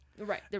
right